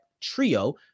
trio